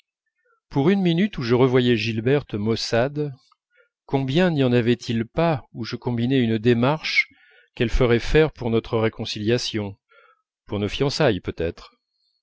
pour une minute où je revoyais gilberte maussade combien n'y en avait-il pas où je combinais une démarche qu'elle ferait faire pour notre réconciliation pour nos fiançailles peut-être